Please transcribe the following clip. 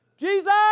Jesus